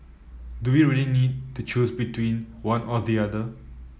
do we really need to choose between one or the other